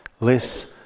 less